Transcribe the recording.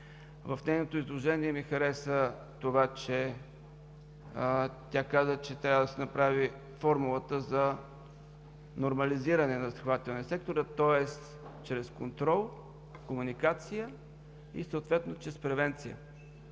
В нейното изложение ми хареса това – тя каза, че трябва да се направи формулата за нормализиране на застрахователния сектор чрез контрол, комуникация и превенция